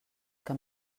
que